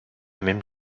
même